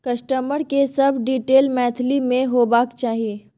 customer के सब detail Maithili में होबाक चाही